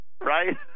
right